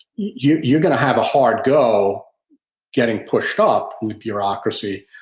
you're you're going to have a hard go getting pushed up with bureaucracy.